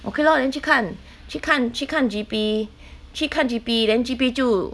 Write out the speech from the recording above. okay lor then 去看去看去看去看 G_P then G_P 就